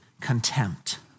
contempt